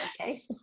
okay